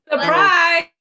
Surprise